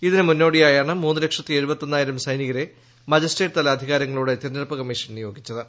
ഇതിന് മുന്നോടിയായാണ് മുന്ന് ലക്ഷത്തി എഴുപത്തൊന്നായിരം സൈനികരെ മജിസ്ട്രേറ്റ് തല അധികാരങ്ങളോടെ തിരഞ്ഞെടുപ്പ് കമ്മീഷൻ നിയോഗിച്ചത്